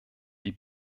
die